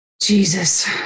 Jesus